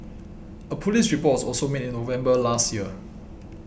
a police report was also made in November last year